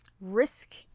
risk